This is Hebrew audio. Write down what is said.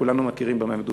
כולנו מכירים במה מדובר.